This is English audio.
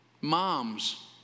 Moms